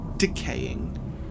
decaying